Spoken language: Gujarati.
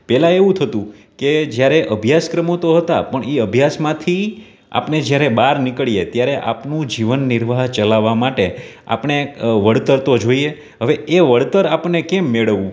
પહેલાં એવું થતું કે જ્યારે અભ્યાસક્રમો તો હતા પણ એ અભ્યાસ માંથી આપણે જ્યારે બહાર નીકળીએ ત્યારે આપણું જીવન નિર્વાહ ચલાવવા માટે આપણે વળતર તો જોઈએ હવે એ વળતર આપણને કેમ મેળવવું